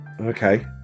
okay